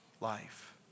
life